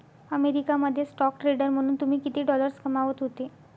America मध्ये stock trader म्हणून तुम्ही किती डॉलर्स कमावत होते